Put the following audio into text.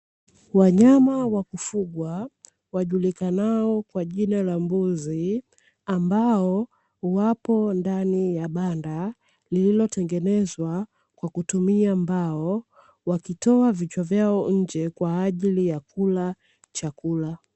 Wanyama wa kufugwa wajulikanao kwa jina la mbuzi, ambao wapo ndani ya banda lililotengenezwa kwa kutumia mbao, wakitoa vichwa vyao nje kwa ajili ya kula chakula.